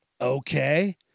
Okay